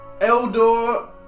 Eldor